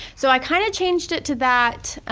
so i kind of changed it to that